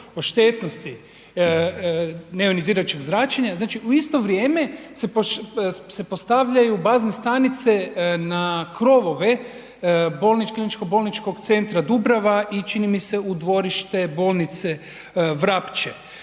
o štetnosti neonizirajućeg zračenja, znači u isto vrijeme se postavljaju bazne stanice na krovove Kliničkog bolničkog centra Dubrava i čini mi se u dvorište bolnice Vrapče